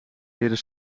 leren